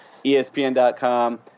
ESPN.com